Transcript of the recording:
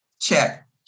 check